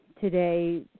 today